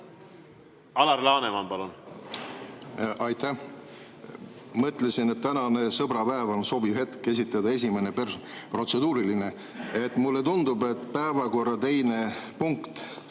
Alar Laneman, palun! Aitäh! Mõtlesin, et tänane sõbrapäev on sobiv hetk esitada esimene protseduuriline. Mulle tundub, et päevakorra teise punkti,